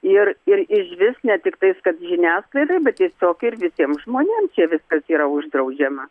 ir ir išvis ne tiktais kad žiniasklaidai bet tiesiog ir visiem žmonėm čia viskas yra uždraudžiama